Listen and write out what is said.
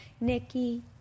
Nikki